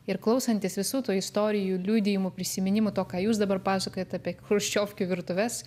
ir klausantis visų tų istorijų liudijimų prisiminimų to ką jūs dabar pasakojat apie chruščiovkių virtuves